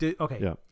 Okay